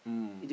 mm